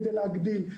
כדי להגדיל.